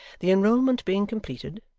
the enrolment being completed,